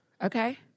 Okay